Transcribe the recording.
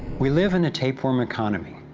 we live in a tapeworm economy,